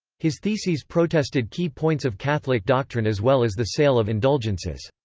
his theses protested key points of catholic doctrine as well as the sale of indulgences.